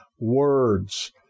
words